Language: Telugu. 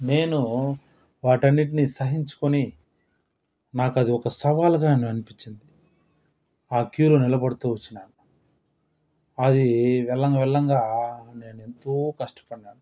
నేను వాటన్నిటిని సహించుకొని నాకది ఒక సవాల్గా అని అనిపించింది ఆ క్యూలో నిలబడుతూ వచ్చిన అది వెళ్ళంగా వెళ్ళంగా నేను ఎంతో కష్టపడ్డా